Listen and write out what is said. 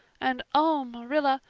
and oh, marilla,